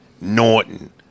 Norton